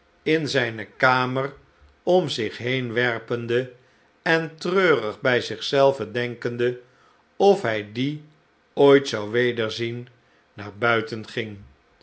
in zijne kamer om zich heen werpende en treurig bij zich zelven denkende of hij die ooit zou wederzien naar buiten ging